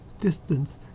distance